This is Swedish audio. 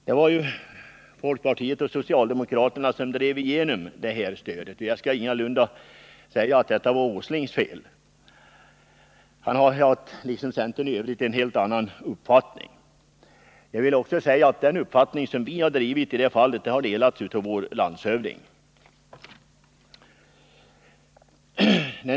Det var ju folkpartiet och socialdemokraterna som drev igenom sysselsättningsgarantin, så jag kan ingalunda säga att det är Nils Åslings fel. Han, liksom övriga centerpartister, har en helt annan uppfattning i frågan. Den uppfattning som vi har gett uttryck för delas också av vår landshövding i Värmland.